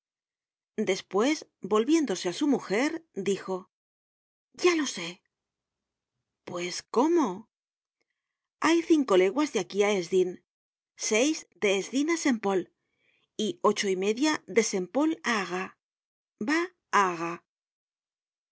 despues volviéndose á su mujer dijo ya lo sé pues cómo hay cinco leguas de aquí á hesdin seis de hesdin á saint pol y ocho y media de saint pol á arras va á